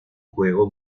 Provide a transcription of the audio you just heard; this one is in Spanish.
juego